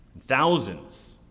Thousands